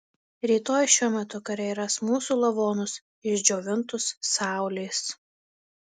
rytoj šiuo metu kariai ras mūsų lavonus išdžiovintus saulės